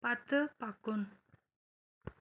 پتہٕ پکُن